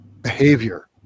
behavior